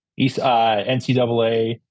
NCAA